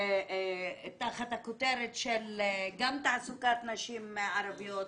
תחת הכותרת של גם תעסוקת נשים ערביות,